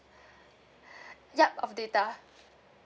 yup of data